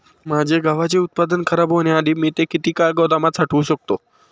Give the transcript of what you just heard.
माझे गव्हाचे उत्पादन खराब होण्याआधी मी ते किती काळ गोदामात साठवू शकतो?